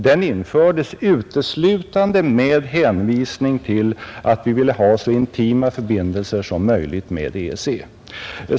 Den infördes uteslutande med hänvisning till att vi ville ha så intima förbindelser som möjligt med EEC.